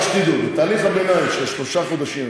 רק שתדעו: בתהליך הביניים של שלושה חודשים,